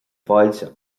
bhfáilte